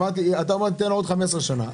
אתה אומר שתיתן לו עוד 15 שנים.